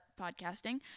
podcasting